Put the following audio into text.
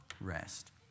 Rest